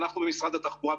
אנחנו במשרד התחבורה,